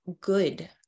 good